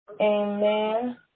amen